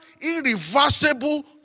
irreversible